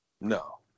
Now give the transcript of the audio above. No